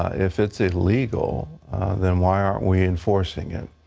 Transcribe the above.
if it's illegal, then why aren't we enforcing it.